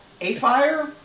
A-fire